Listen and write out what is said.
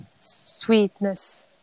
sweetness